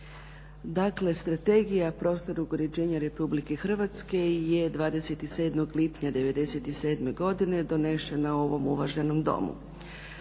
Dakle, Strategija prostornog uređenja RH je 27. lipnja '97. godine donesena u ovom uvaženom Domu.